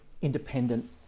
independent